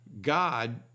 God